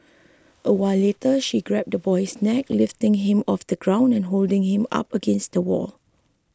a while later she grabbed the boy's neck lifting him off the ground and holding him up against the wall